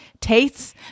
tastes